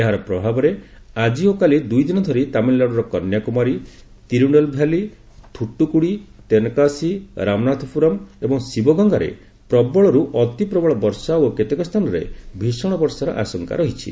ଏହାର ପ୍ରଭାବରେ ଆକି ଓ କାଲି ଦୁଇଦିନ ଧରି ତାମିଲନାଡୁର କନ୍ୟାକୁମାରୀ ତିରୁନେଲଭ୍ୟାଲି ଥୁଟୁକୁଡି ତେନକାସୀ ରାମନାଥପୁରମ ଏବଂ ଶିବଗଙ୍ଗାରେ ପ୍ରବଳର୍ ଅତି ପ୍ରବଳ ବର୍ଷା ଓ କେତେକ ସ୍ଥାନରେ ଭୀଷଣ ବର୍ଷାର ଆଶଙ୍କା ରହିଛି